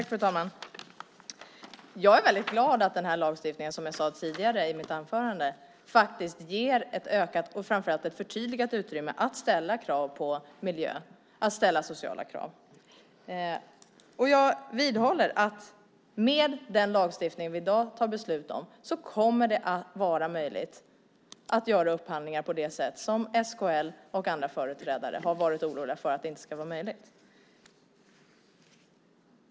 Fru talman! Som jag sade i mitt anförande är jag väldigt glad att den här lagstiftningen ger ett ökat och framför allt förtydligat utrymmet att ställa krav på miljö och ställa sociala krav. Jag vidhåller att med den lagstiftning som vi i dag ska fatta beslut om kommer det att vara möjligt att göra upphandlingar på det sätt som SKL och andra företrädare har varit oroliga för inte ska vara möjligt.